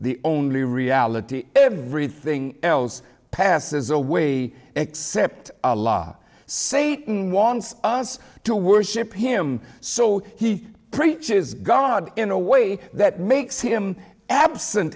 the only reality everything else passes away except a law satan wants us to worship him so he preaches god in a way that makes him absent